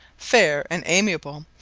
faire and amiable,